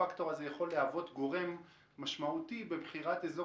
הפקטור הזה יכול להוות גורם משמעותי בבחירת אזור